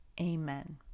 Amen